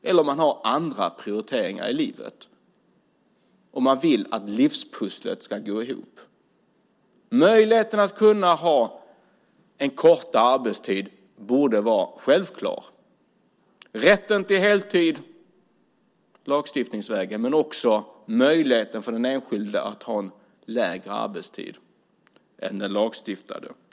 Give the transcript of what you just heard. Eller också har man kanske andra prioriteringar i livet och vill få livspusslet att gå ihop. Möjligheten att ha kortare arbetstid borde vara självklar. Det gäller också rätten till heltid lagstiftningsvägen men också möjligheten för den enskilde att ha kortare arbetstid än den lagstiftade.